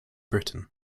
britain